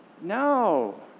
No